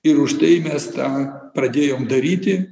ir už tai mes tą pradėjom daryti